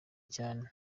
cyane